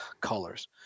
colors